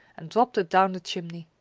and dropped it down the chimney.